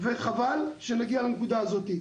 וחבל שנגיע לנקודה הזאת.